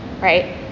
right